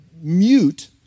mute